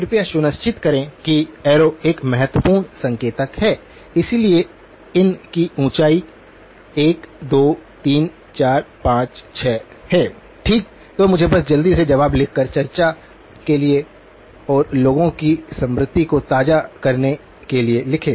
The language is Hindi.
कृपया सुनिश्चित करें कि एरो एक महत्वपूर्ण संकेतक है इसलिए इन की ऊंचाई 1 2 3 4 5 6 है ठीक तो मुझे बस जल्दी से जवाब लिखकर चर्चा के लिए और लोगों की स्मृति को ताज़ा करने के लिए लिखें